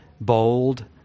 bold